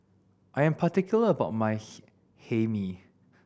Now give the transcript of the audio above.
I am particular about my Hae Mee